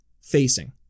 facing